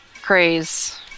craze